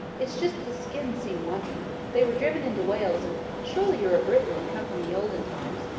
it's just the skins seem wanting. they were driven into wales, and surely you're a briton and come from the olden times.